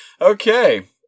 Okay